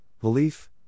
belief